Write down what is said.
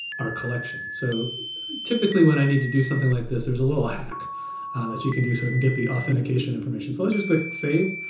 our collection. so typically when i need to do something like this, there's a little hack that you can do so i can get the authentication information. so let's just click save,